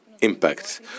impact